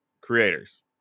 creators